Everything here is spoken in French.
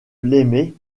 l’aimais